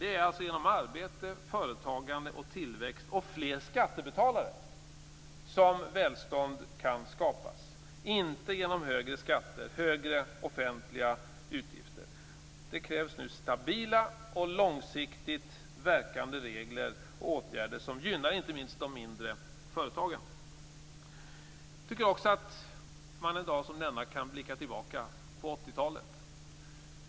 Det är alltså genom arbete, företagande, tillväxt och fler skattebetalare som välstånd kan skapas - inte genom högre skatter och högre offentliga utgifter. Nu krävs det stabila och långsiktigt verkande regler och åtgärder som gynnar inte minst de mindre företagen. Jag tycker också att man en dag som denna kan blicka tillbaka på 80-talet.